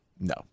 no